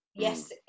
Yes